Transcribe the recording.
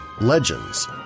legends